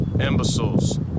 imbeciles